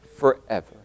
Forever